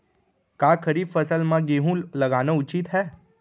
का खरीफ फसल म गेहूँ लगाना उचित है?